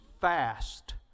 fast